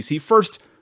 First